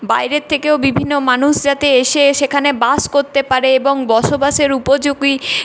বাইরে থেকেও বিভিন্ন মানুষ যাতে এসে সেখানে বাস করতে পারে এবং বসবাসের উপযোগী